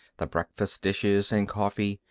the breakfast dishes and coffee.